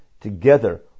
together